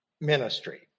ministry